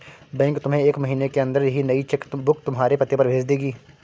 bank तुम्हें एक महीने के अंदर ही नई चेक बुक तुम्हारे पते पर भेज देगी